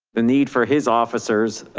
the need for his officers,